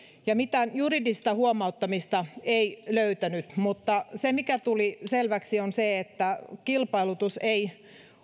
mitään juridista huomauttamista ei löytynyt mutta se mikä tuli selväksi on se että kilpailutus ei